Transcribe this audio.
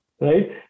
right